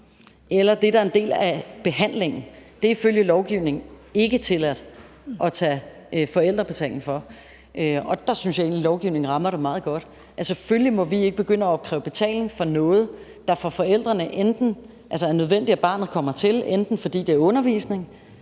eller det, der er en del af behandlingen, er det ifølge lovgivningen ikke tilladt at tage forældrebetaling for, og der synes jeg egentlig at lovgivningen rammer det meget godt. Selvfølgelig må vi ikke begynde at opkræve betaling for noget, det for forældrene er nødvendigt at barnet kommer til, enten fordi det er undervisning,